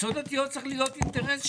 מועצות דתיות, צריך להיות אינטרס שלהם.